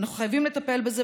ואנחנו חייבים לטפל בזה.